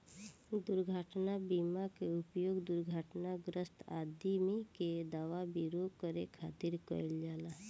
दुर्घटना बीमा के उपयोग दुर्घटनाग्रस्त आदमी के दवा विरो करे खातिर कईल जाला